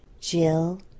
Jill